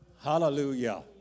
Hallelujah